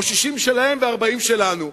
או 60 שלהם ו-40 שלנו?